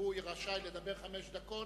והוא רשאי לדבר חמש דקות.